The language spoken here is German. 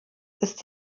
ist